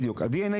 נאור,